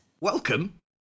welcome